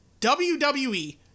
WWE